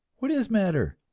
what is matter?